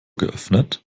geöffnet